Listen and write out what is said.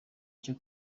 cyo